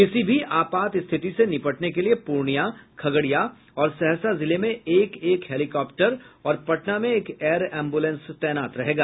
किसी भी आपात स्थिति से निपटने के लिये पूर्णियां खगड़िया और सहरसा जिले में एक एक हेलीकॉप्टर और पटना में एक एयर एम्बुलेंस तैनात रहेगा